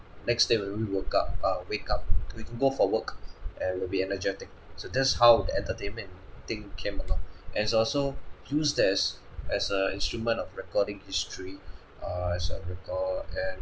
next day when we woke up uh wake up to we to go for work and we'll be energetic so that's how the entertainment thing came along it's also used as as a instrument of recording history eyes on record and